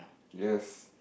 yes